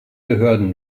behörden